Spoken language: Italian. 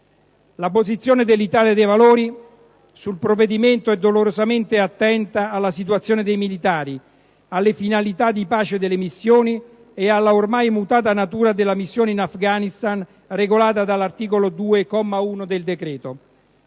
la posizione dell'Italia dei Valori sul provvedimento è dolorosamente attenta alla situazione dei militari, alle finalità di pace delle missioni e alla ormai mutata natura della missione in Afghanistan, regolata dall'articolo 2, comma 1, del decreto.